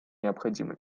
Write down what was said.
необходимый